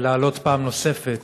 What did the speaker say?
ולהעלות פעם נוספת